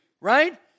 right